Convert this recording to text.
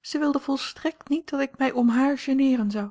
zij wilde volstrekt niet dat ik mij om haar geneeren zou